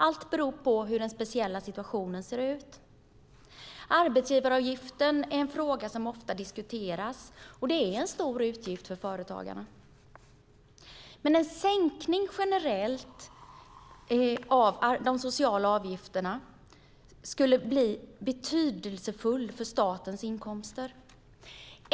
Allt beror på hur den speciella situationen ser ut. Arbetsgivaravgiften diskuteras ofta. Det är en stor utgift för företagarna. En generell sänkning av de sociala avgifterna skulle bli betydelsefull för statens intäkter.